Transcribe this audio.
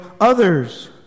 others